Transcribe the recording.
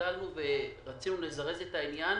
שהשתדלנו ורצינו לזרז את העניין,